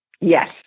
yes